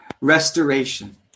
restoration